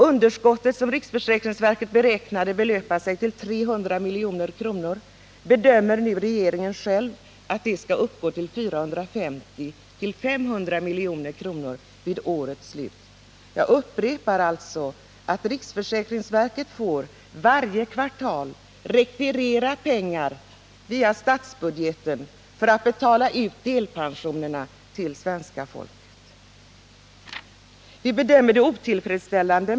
Underskottet, som riksförsäkringsverket beräknat till 300 milj.kr., bedömer nu regeringen till mellan 450 och 500 milj.kr. vid årets slut. Jag upprepar alltså att riksförsäkringsverket varje kvartal får rekvirera pengar via statsbudgeten för att betala ut delpensionerna till svenska folket. Detta bedömer vi som otillfredsställande.